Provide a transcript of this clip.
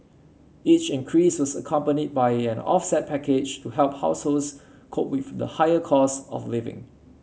each increase was accompanied by an offset package to help households cope with the higher costs of living